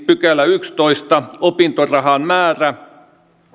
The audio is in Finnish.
pykälä opintorahan määrä